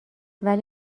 ولی